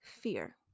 Fear